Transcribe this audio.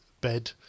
bed